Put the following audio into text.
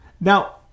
Now